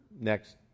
next